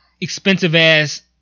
expensive-ass